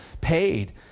paid